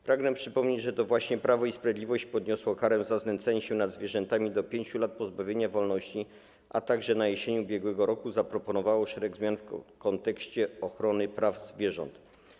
Pragnę przypomnieć, że to właśnie Prawo i Sprawiedliwość podniosło karę za znęcanie się nad zwierzętami do 5 lat pozbawienia wolności, a także na jesieni ubiegłego roku zaproponowało szereg zmian dotyczących ochrony praw zwierząt.